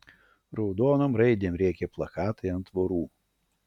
raudonom raidėm rėkė plakatai ant tvorų